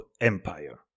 empire